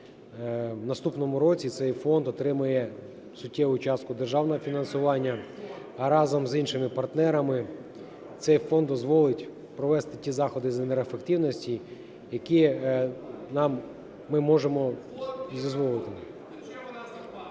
В наступному році цей фонд отримає суттєву частку державного фінансування. А разом з іншими партнерами цей фонд дозволить провести ті заходи з енергоефективності, які нам ми можемо дозволити.